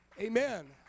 amen